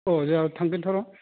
अह जोंहा थांगोनथ' र'